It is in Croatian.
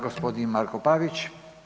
Gospodin Marko Pavić.